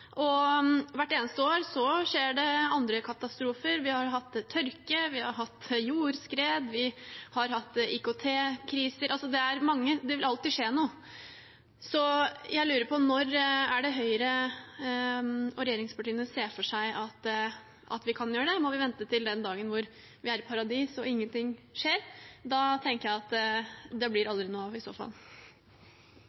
Hvert eneste år skjer det andre katastrofer. Vi har hatt tørke, vi har hatt jordskred, vi har hatt IKT-kriser – det er mange. Det vil alltid skje noe. Så jeg lurer på: Når er det Høyre og regjeringspartiene ser for seg at vi kan gjøre det? Må vi vente til den dagen hvor vi er i paradis og ingenting skjer? Da tenker jeg at det aldri blir